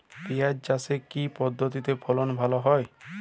পিঁয়াজ চাষে কি পদ্ধতিতে ফলন ভালো হয়?